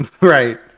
Right